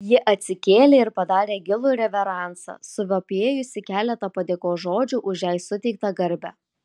ji atsikėlė ir padarė gilų reveransą suvapėjusi keletą padėkos žodžių už jai suteiktą garbę